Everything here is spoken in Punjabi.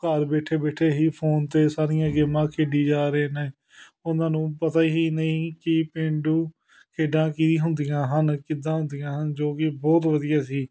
ਘਰ ਬੈਠੇ ਬੈਠੇ ਹੀ ਫੋਨ 'ਤੇ ਸਾਰੀਆਂ ਗੇਮਾਂ ਖੇਡੀ ਜਾ ਰਹੇ ਨੇ ਉਹਨਾਂ ਨੂੰ ਪਤਾ ਹੀ ਨਹੀਂ ਕਿ ਪੇਂਡੂ ਖੇਡਾਂ ਕੀ ਹੁੰਦੀਆਂ ਹਨ ਕਿੱਦਾਂ ਹੁੰਦੀਆਂ ਹਨ ਜੋ ਕਿ ਬਹੁਤ ਵਧੀਆ ਸੀ